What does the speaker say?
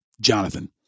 Jonathan